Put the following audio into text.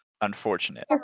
Unfortunate